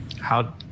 How-